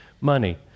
money